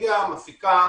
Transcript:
נורבגיה מפיקה